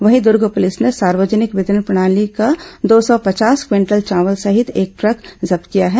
वहीं दूर्ग पुलिस ने सार्वजनिक वितरण प्रणाली का दो सौ पचास क्विंटल चावल सहित एक ट्रक जब्त किया है